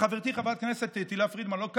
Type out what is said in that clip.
וחברתי חברת הכנסת תהלה פרידמן, שלא כאן,